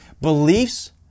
Beliefs